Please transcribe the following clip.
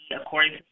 according